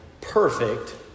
perfect